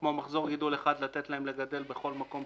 כמו מחזור גידול אחד לתת להם לגדל בכל מקום,